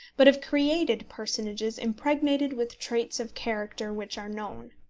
but of created personages impregnated with traits of character which are known.